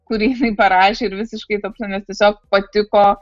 kurį jinai parašė ir visiškai ta prasme nes tiesiog patiko